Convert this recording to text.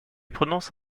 prononce